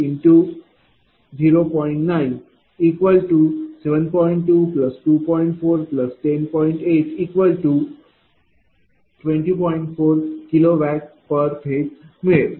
4 kW per phase मिळेल